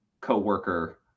coworker